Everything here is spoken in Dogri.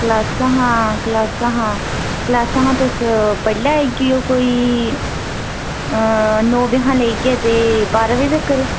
क्लासां हां क्लासां हां क्लासां हां तुस बडलै आई जाएयो कोई नौ बजे कशा लेइयै बारां बजे तगर